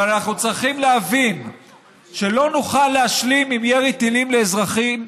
אבל אנחנו צריכים להבין שלא נוכל להשלים עם ירי טילים על אזרחים,